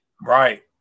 Right